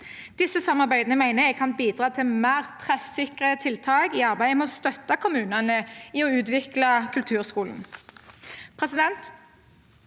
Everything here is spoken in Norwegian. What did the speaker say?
Dette samarbeidet mener jeg kan bidra til mer treffsikre tiltak i arbeidet med å støtte kommunene i å utvikle kulturskolen.